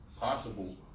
possible